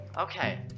okay